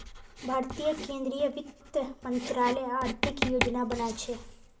भारतीय केंद्रीय वित्त मंत्रालय आर्थिक योजना बना छे